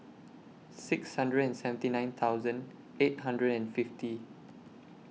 six hundred and seventy nine thousand eight hundred and fifty